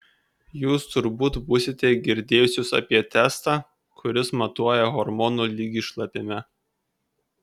jūs turbūt būsite girdėjusios apie testą kuris matuoja hormono lygį šlapime